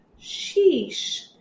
Sheesh